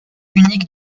unique